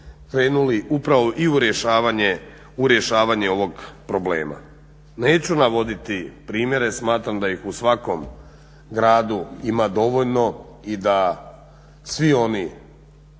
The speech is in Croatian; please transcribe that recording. krenuli upravo i u rješavanje ovog problema. Neću navoditi primjere, smatram da ih u svakom gradu ima dovoljno i da svi oni